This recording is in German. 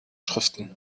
schriften